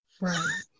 Right